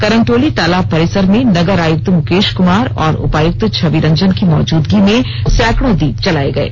करमटोली तालाब परिसर में नगर आयुक्त मुकेश कुमार और उपायुक्त छवि रंजन की मौजूदगी में सैकड़ों दीप जलाये गये